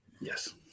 Yes